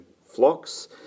flocks